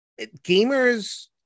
gamers